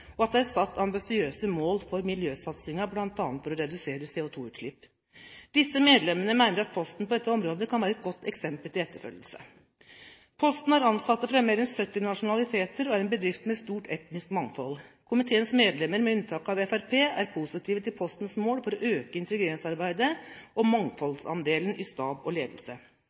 og at det er satt ambisiøse mål for miljøsatsingen, bl.a. for å redusere CO2-utslipp. Disse medlemmene mener at Posten på dette området kan være et godt eksempel til etterfølgelse. Posten har ansatte fra mer enn 70 nasjoner og er en bedrift med stort etnisk mangfold. Komiteens medlemmer, med unntak av Fremskrittspartiet, er positive til Postens mål om å øke integreringsarbeidet og mangfoldsandelen i stab og ledelse.